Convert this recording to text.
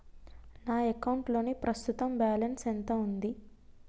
నా అకౌంట్ లోని ప్రస్తుతం బాలన్స్ ఎంత ఉంది?